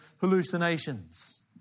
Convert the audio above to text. hallucinations